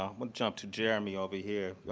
um we'll jump to jeremy over here.